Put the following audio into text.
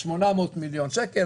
800 מיליון שקל.